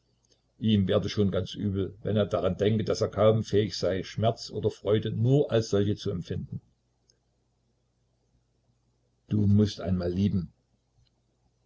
ihm werde schon ganz übel wenn er daran denke daß er kaum fähig sei schmerz oder freude nur als solche zu empfinden du mußt einmal lieben